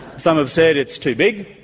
some have said it's too big.